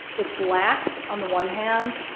it's lack, on the one hand,